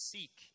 Seek